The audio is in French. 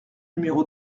numéro